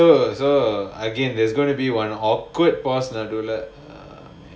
so so again there's gonna be one awkward pause நடுவுல:naduvula ah